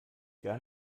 gar